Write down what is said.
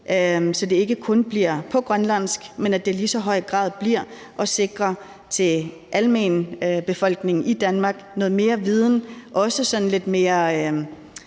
så det ikke kun bliver på grønlandsk, men at det i lige så høj grad bliver at sikre almenbefolkningen i Danmark noget mere viden, også på et sådan lidt mere